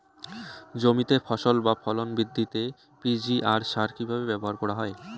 জমিতে ফসল বা ফলন বৃদ্ধিতে পি.জি.আর সার কীভাবে ব্যবহার করা হয়?